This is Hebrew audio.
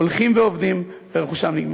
הולכים ואובדים ורכושם נגמר.